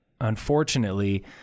unfortunately